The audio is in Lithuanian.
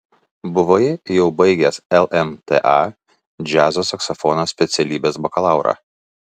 buvai jau baigęs lmta džiazo saksofono specialybės bakalaurą